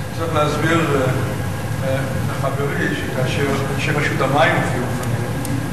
צריך להסביר לחברי שכאשר רשות המים הופיעו בפנינו,